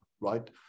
right